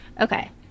Okay